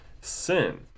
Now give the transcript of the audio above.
sin